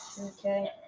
Okay